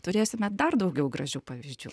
turėsime dar daugiau gražių pavyzdžių